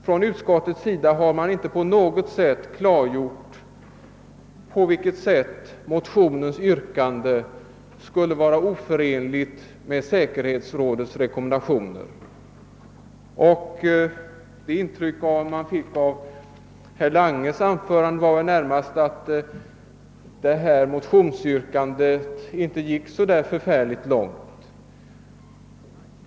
Från utskottets sida har man inte alls klargjort på vilket sätt motionens yrkande skulle vara oförenligt med säkerhetsrådets rekommendationer. Det intryck man fick av herr Langes anförande var väl närmast att han för sin del ville göra gällande att motionsyrkandet inte gick så förfärligt långt.